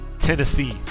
Tennessee